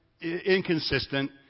inconsistent